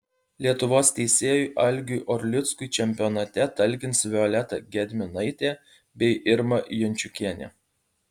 lietuvos teisėjui algiui orlickui čempionate talkins violeta gedminaitė bei irma jančiukienė